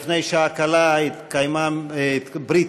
לפני שעה קלה התקיימה ברית